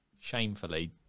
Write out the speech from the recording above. shamefully